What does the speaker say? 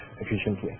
efficiently